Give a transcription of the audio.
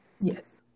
Yes